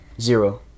zero